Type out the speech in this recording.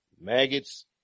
maggots